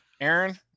aaron